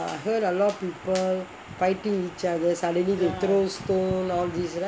I heard a lot of people fighting each other suddenly they throw stone all these right